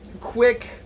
quick